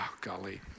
golly